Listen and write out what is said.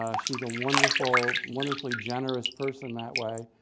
ah she's a wonderful, wonderfully generous person that way.